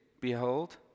Behold